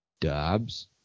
Dobbs